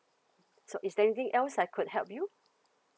so is there anything else I could help you